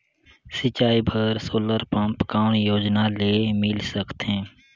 सिंचाई बर solar pump कौन योजना ले मिल सकथे?